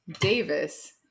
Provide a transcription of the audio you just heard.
Davis